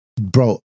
Bro